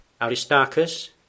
Aristarchus